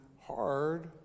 hard